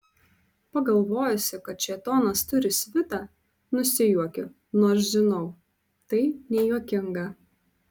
pagalvojusi kad šėtonas turi svitą nusijuokiu nors žinau tai nejuokinga